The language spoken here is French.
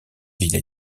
ville